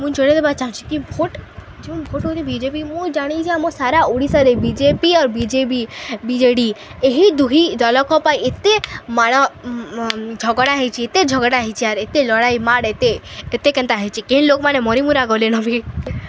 ମୁଇଁ ଜଣେଇ ଦେବାକୁ ଚାହୁଁଛି କି ଭୋଟ ଯେଉଁ ଭୋଟ ହେଉଛି ବି ଜେ ପି ମୁଁ ଜାଣିଛି ଯେ ମୋ ସାରା ଓଡ଼ିଶାରେ ବି ଜେ ପି ଆର୍ B J P B J D ଏହି ଦୁଇ ଦଳଙ୍କ ପାଇଁ ଏତେ ମାଡ଼ ଝଗଡ଼ା ହେଇଛି ଏତେ ଝଗଡ଼ା ହେଇଛି ଆର୍ ଏତେ ଲଡ଼ାଇ ମାଡ଼ ଏତେ ଏତେ କେନ୍ତା ହେଇଛି କେହିଁ ଲୋକମାନେ ମରିମୁରା ଗଲେନ ବି